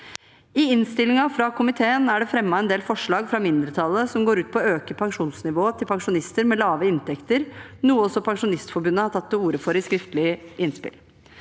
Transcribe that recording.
I innstillingen fra komiteen er det fremmet en del forslag fra mindretallet som går ut på å øke pensjonsnivået til pensjonister med lave inntekter, noe også Pensjonistforbundet har tatt til orde for i skriftlig innspill.